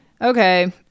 Okay